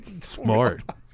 Smart